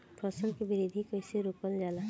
फसल के वृद्धि कइसे रोकल जाला?